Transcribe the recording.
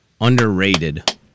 underrated